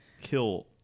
kill